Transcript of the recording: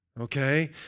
Okay